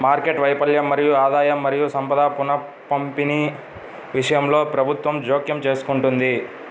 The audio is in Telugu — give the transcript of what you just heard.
మార్కెట్ వైఫల్యం మరియు ఆదాయం మరియు సంపద పునఃపంపిణీ విషయంలో ప్రభుత్వం జోక్యం చేసుకుంటుంది